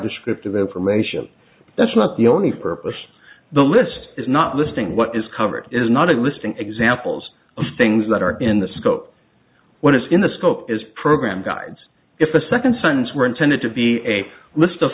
descriptive information that's not the only purpose the list is not listing what is covered is not a listing examples of things that are in the scope what is in the scope is program guides if a second signs were intended to be a list of